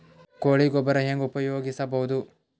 ಕೊಳಿ ಗೊಬ್ಬರ ಹೆಂಗ್ ಉಪಯೋಗಸಬಹುದು?